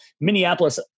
Minneapolis